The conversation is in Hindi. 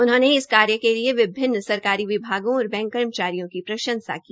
उन्होंने इस कार्य के लिए विभिन्न सरकारी विभागों और बैंक कर्मचारियों की प्रंशसा की